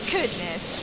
Goodness